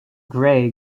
gray